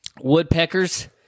woodpeckers